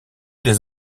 des